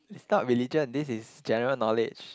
it's not religion this is general knowledge